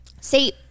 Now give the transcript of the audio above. See –